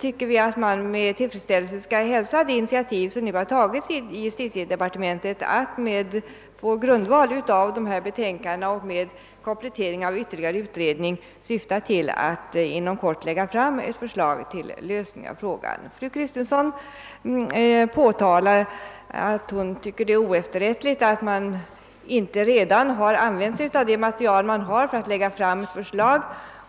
tycker då att man med tillfredsställelse kan hälsa det initiativ som nu har tagits i justitiedepartementet och på grundval av dessa betänkanden och med komplettering av ytterligare utredning syftar till att inom kort lägga fram ett förslag till lösning av frågan. Fru Kristensson tycker att det är oefterrättligt att man inte redan har använt det material man har för att lägga fram förslag.